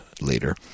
later